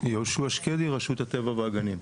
שמי יהושע שקדי, רשות הטבע והגנים.